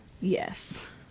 Yes